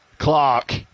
Clark